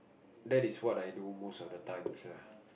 that is what I do most of the times lah